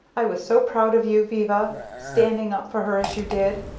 i was so proud of you, viva, standing up for her as you did.